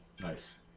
Nice